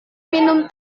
minum